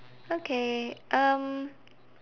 okay um